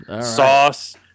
Sauce